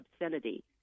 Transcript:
obscenity